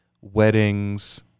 weddings